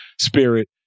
spirit